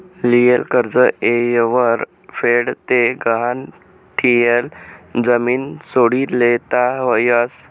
लियेल कर्ज येयवर फेड ते गहाण ठियेल जमीन सोडी लेता यस